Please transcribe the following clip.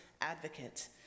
advocate